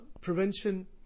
prevention